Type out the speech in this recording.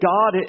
God